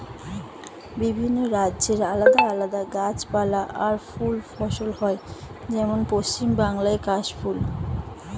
বিভিন্ন রাজ্যে আলাদা আলাদা গাছপালা আর ফুল ফসল হয়, যেমন পশ্চিম বাংলায় কাশ ফুল